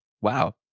Wow